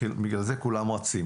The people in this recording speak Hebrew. בגלל זה כולם רצים.